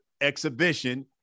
exhibition